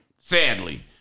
sadly